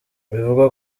bivugwa